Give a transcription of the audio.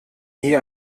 nie